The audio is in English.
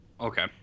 Okay